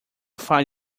find